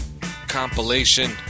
compilation